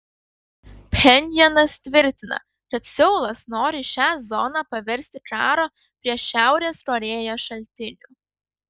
pchenjanas tvirtina kad seulas nori šią zoną paversti karo prieš šiaurės korėją šaltiniu